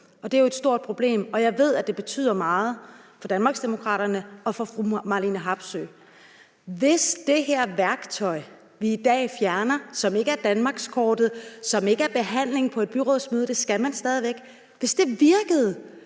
Det er jo et stort problem, og jeg ved, at det betyder meget for Danmarksdemokraterne og fru Marlene Harpsøe. Hvis det her værktøj, som vi i dag fjerner, og som ikke er danmarkskortet, og som ikke er behandling på et byrådsmøde, for det skal man stadig væk, havde virket,